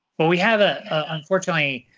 well we have ah unfortunately,